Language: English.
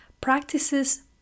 practices